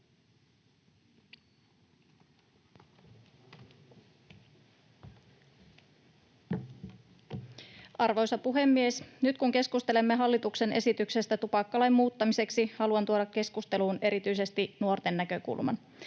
Arvoisa puhemies! Nyt kun keskustelemme hallituksen esityksestä tupakkalain muuttamiseksi, haluan tuoda keskusteluun erityisesti nuorten näkökulman.